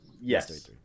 Yes